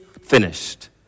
finished